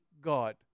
God